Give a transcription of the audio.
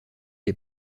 les